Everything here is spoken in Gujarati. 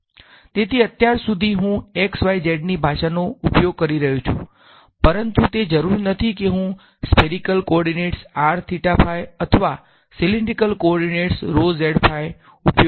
તેથી અત્યાર સુધી હું x y z ની ભાષાનો ઉપયોગ કરી રહ્યો છું પરંતુ તે જરૂરી નથી કે હું સ્ફેરીકલ કોઓર્ડિનેટ્સનો અથવા સીલીંડ્રીકલ કોઓર્ડિનેટ્ ઉપયોગ કરી શકું